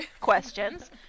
questions